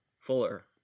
Fuller